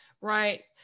Right